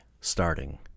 starting